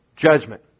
Judgment